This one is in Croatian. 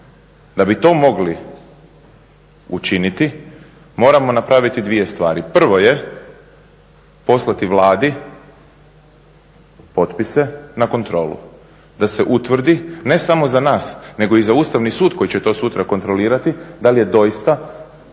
Da bi to mogli učiniti moramo napraviti dvije stvari, prvo je poslati Vladi potpise na kontrolu, da se utvrdi ne samo za nas nego i za Ustavni sud koji će to sutra kontrolirati da li je doista određeni